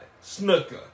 snooker